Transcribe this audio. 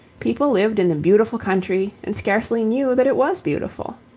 people lived in the beautiful country and scarcely knew that it was beautiful.